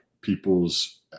people's